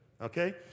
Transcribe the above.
Okay